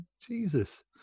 Jesus